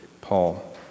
Paul